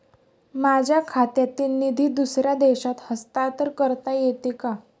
माझ्या खात्यातील निधी दुसऱ्या देशात हस्तांतर करता येते का?